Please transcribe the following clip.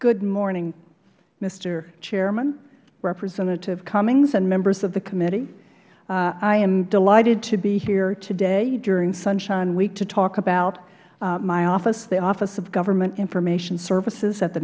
good morning mister chairman representative cummings and members of the committee i am delighted to be here today during sunshine week to talk about my office the office of government information services at the